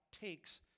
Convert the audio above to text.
takes